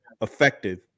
effective